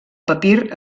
papir